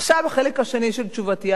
עכשיו, החלק השני של תשובתי.